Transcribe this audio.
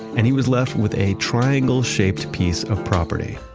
and he was left with a triangle shaped piece of property.